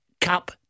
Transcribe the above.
Cup